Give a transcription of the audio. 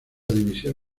división